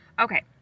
Okay